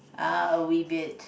uh a wee bit